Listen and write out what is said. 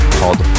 called